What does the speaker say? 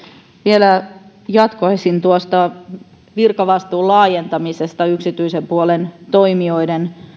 vielä jatkaisin tuosta virkavastuun laajentamisesta yksityisen puolen toimijoiden